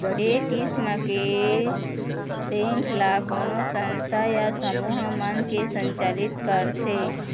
ए किसम के बेंक ल कोनो संस्था या समूह मन ह संचालित करथे